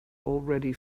already